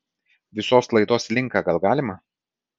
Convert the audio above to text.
visos laidos linką gal galima